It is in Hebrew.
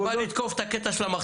אתה בא לתקוף את הקטע של המחסור.